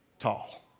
tall